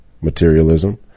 materialism